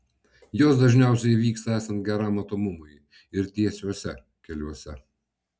jos dažniausiai įvyksta esant geram matomumui ir tiesiuose keliuose